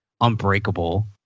unbreakable